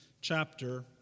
chapter